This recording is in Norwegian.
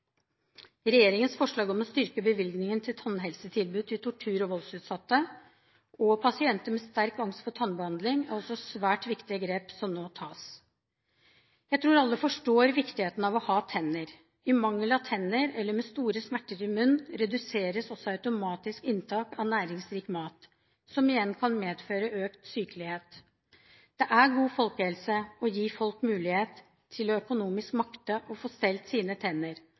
Regjeringens forslag om å styrke bevilgningen til tannhelsetilbud til tortur- og voldsutsatte og pasienter med sterk angst for tannbehandling er også svært viktige grep som nå tas. Jeg tror alle forstår viktigheten av å ha tenner. I mangel av tenner, eller med store smerter i munnen, reduseres også automatisk inntak av næringsrik mat, som igjen kan medføre økt sykelighet. Det er god folkehelse i å gi folk mulighet til økonomisk å makte å få stelt sine tenner,